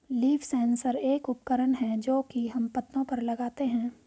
leaf sensor एक उपकरण है जो की हम पत्तो पर लगाते है